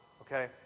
okay